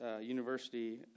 university